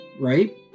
right